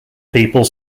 people